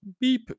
beep